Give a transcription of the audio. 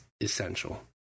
essential